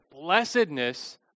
blessedness